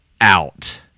out